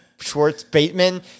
Schwartz-Bateman